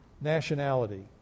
nationality